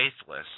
faithless